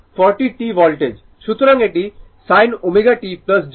সুতরাং এটি sin ω t 0 o